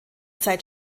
zeit